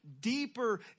deeper